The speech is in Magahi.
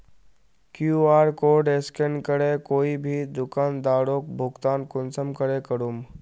कियु.आर कोड स्कैन करे कोई भी दुकानदारोक भुगतान कुंसम करे करूम?